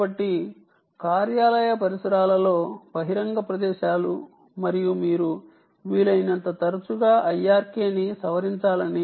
కాబట్టి కార్యాలయ పరిసరాలలో బహిరంగ ప్రదేశాలు మరియు మీరు వీలైనంత తరచుగా IRK ని మారుస్తూ ఉండాలి